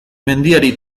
mendiari